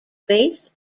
face